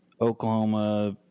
Oklahoma